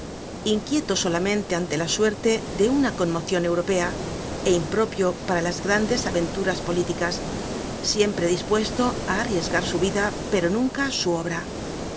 inquieto solamente ante la suerte de una conmocion europea é impropio para las grandes aventuras políticas siempre dispuesto á arriesgar su vida pero nunca su obra